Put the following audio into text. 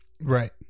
Right